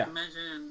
Imagine